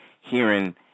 hearing